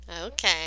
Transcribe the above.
Okay